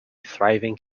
thriving